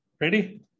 Ready